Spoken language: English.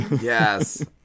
Yes